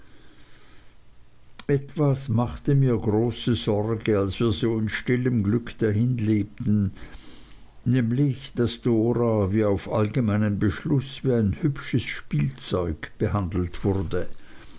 etwas machte mir große sorge als wir so in stillem glück dahinlebten nämlich daß dora wie auf allgemeinen beschluß wie ein hübsches spielzeug behandelt wurde